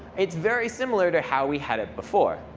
it's very similar to how we had it before.